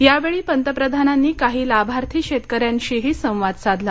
यावेळी पंतप्रधानांनी काही लाभार्थी शेतकऱ्यांशीही संवाद साधला